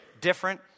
different